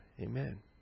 Amen